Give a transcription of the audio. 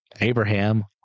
Abraham